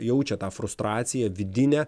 jaučia tą frustraciją vidinę